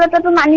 of um i mean